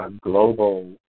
global